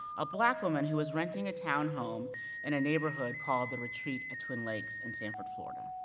a black woman who was renting a townhome in a neighborhood called the retreat at twin lakes, in sanford, florida.